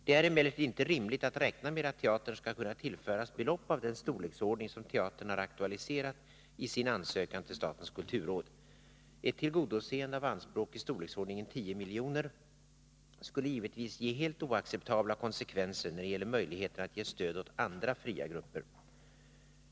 Det är emellertid inte rimligt att räkna med att teatern skall kunna tillföras belopp av den storleksordning som teatern har aktualiserat i sin ansökan till statens kulturråd. Ett tillgodoseende av anspråk i storleksordningen 10 milj.kr. skulle givetvis ge helt oacceptabla konsekvenser när det gäller möjligheterna att ge stöd åt andra fria grupper.